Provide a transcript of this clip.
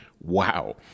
wow